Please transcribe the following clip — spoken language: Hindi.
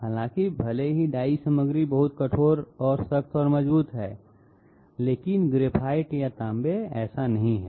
हालांकि भले ही डाई सामग्री बहुत कठोर और सख्त और मजबूत है आदि लेकिन ग्रेफाइट या तांबे वे ऐसा नहीं हैं